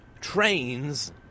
trains